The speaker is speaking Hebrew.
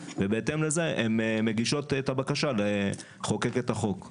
ובהתאם לזה הן מגישות את הבקשה לחוקק את החוק.